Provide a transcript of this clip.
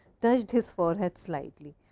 touched his forehead slightly,